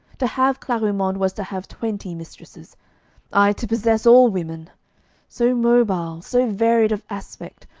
to have clarimonde was to have twenty mistresses ay, to possess all women so mobile, so varied of aspect,